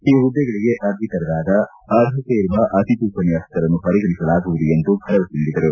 ಈ ಹುದ್ದೆಗಳಿಗೆ ಅರ್ಜಿ ಕರೆದಾಗ ಅರ್ಪತೆ ಇರುವ ಅತಿಥಿ ಉಪನ್ಯಾಸಕರನ್ನು ಪರಿಗಣಿಸಲಾಗುವುದು ಎಂದು ಭರವಸೆ ನೀಡಿದರು